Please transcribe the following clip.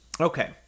Okay